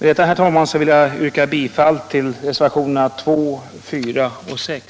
Med detta vill jag, herr talman, yrka bifall till reservationerna 2, 4 och 6.